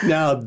Now